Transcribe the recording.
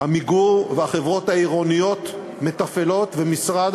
"עמיגור" והחברות העירוניות מתפעלות ומשרד